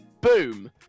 Boom